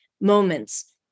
moments